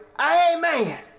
Amen